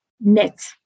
net